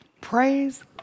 Praise